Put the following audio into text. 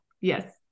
yes